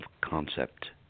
concept